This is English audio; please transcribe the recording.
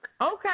Okay